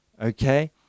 okay